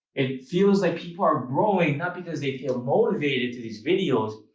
it feels like people are growing. not because they feel motivated through these videos,